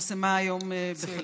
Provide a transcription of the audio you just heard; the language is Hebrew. שפורסמה היום, צל.